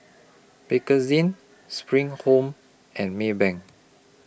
Bakerzin SPRING Home and Maybank